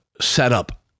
setup